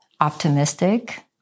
optimistic